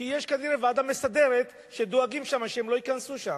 כי כנראה יש ועדה מסדרת ושם דואגים שהם לא ייכנסו לשם.